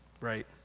right